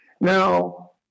Now